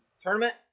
Tournament